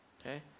okay